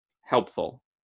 helpful